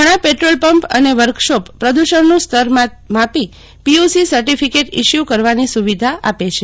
ઘણા petrol pump અને workshop પ્રદુષણનું સ્તર માપી પીયુસી સર્તીડીકેટ ઇસ્યુ કરવાની સુવિધા આપે છે